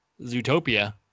Zootopia